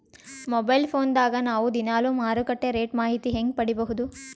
Mobile phone ದಾಗ ನಾವು ದಿನಾಲು ಮಾರುಕಟ್ಟೆ ರೇಟ್ ಮಾಹಿತಿ ಹೆಂಗ ಪಡಿಬಹುದು?